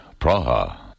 Praha